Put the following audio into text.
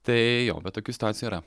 tai jo bet tokių situacijų yra